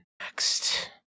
next